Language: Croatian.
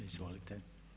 Izvolite.